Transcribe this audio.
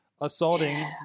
assaulting